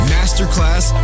Masterclass